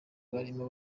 barimo